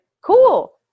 cool